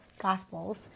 Gospels